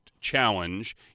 Challenge